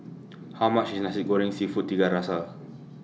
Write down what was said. How much IS Nasi Goreng Seafood Tiga Rasa